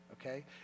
okay